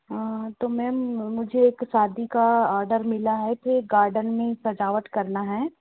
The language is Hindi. हाँ तो मैम मुझे एक शादी का आर्डर मिला है तो गार्डन में सजावट करना है